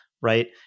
right